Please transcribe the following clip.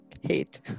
hate